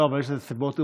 האם יש לזה סיבות מוצדקות?